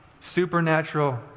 Supernatural